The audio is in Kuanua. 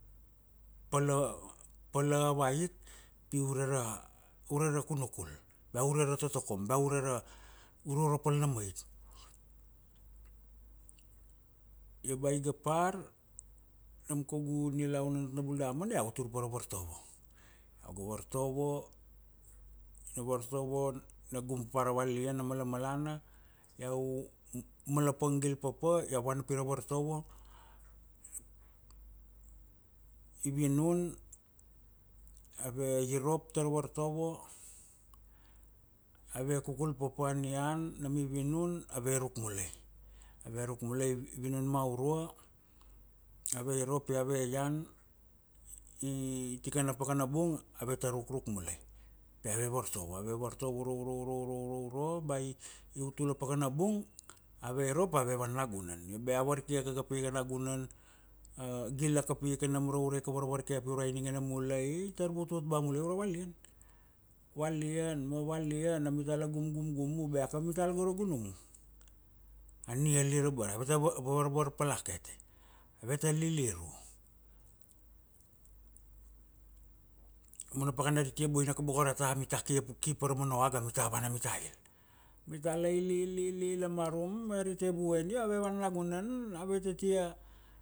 pala, pala ava ik pi ure ra, ure ra kunukul ba ure ra totokom ba ure ra uro ra pal na mait. Io ba ig par, nam kaugu nilaun na nat na bul damana, iau ga tur pa ra vartovo, iau ga vartovo, ina vartovo, ina guma pa ara ravalian a malamalana, iau malapang gil papa, iau vana pi ra vartovo, i vinun ave irop ta ra vartovo, ave kukul papa anian nam i vinun, ave ruk mulai, ave ruk mulai, i vinun ma aurua ave irop pi ave ian, i tikana pakana bung ave tar rukruk mulai, pi ave vartovo, ave vartovo uro, uro, uro, uro, uro, ba i utula pakana bung ave irop, ave vana nagunan. Io bea, iau varkia kakapi ga nagunan, gila kapi ka nam ra uraika varvarkia pi urai ningene mulai, tar vutvutba mulai uro valian, valian ma valian, amital a gum gum gumu, bea kamimital go ra gunumu. Ania lir abara, ave ta varvarpala kete, ave ta liliru, a mana pakana ari tia boinaka boko ra ta, amita kia, ki pa ra mana oaga anita vana, amita il. Amita la il, il, il, il a marum ari ta evu en io ave vana nagunan ave ta tia